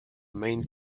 main